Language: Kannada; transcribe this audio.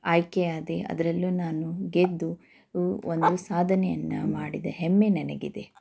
ಆಯ್ಕೆಯಾದೆ ಅದರಲ್ಲೂ ನಾನು ಗೆದ್ದು ಒಂದು ಸಾಧನೆಯನ್ನು ಮಾಡಿದ ಹೆಮ್ಮೆ ನನಗಿದೆ